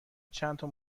چندتا